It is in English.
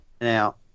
Now